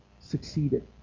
succeeded